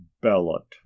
ballot